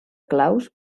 claus